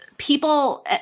people